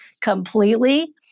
completely